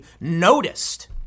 noticed